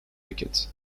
wicket